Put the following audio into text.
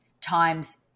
times